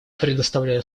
предоставляю